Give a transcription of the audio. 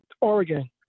Oregon